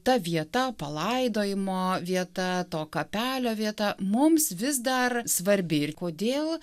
ta vieta palaidojimo vieta to kapelio vieta mums vis dar svarbi ir kodėl